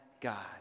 God